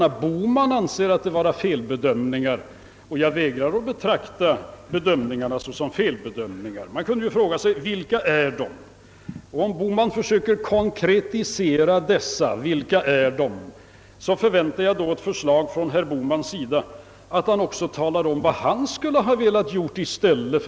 Herr Bohman anser att felbedömningar föreligger, men jag vägrar att betrakta bedömningarna som felaktiga. Man kunde då fråga sig: Vilka är de? Om herr Bohman försöker konkretisera vilka felbedömningarna är, förväntar jag även att herr Bohman talar om vad han skulle ha velat göra i stället.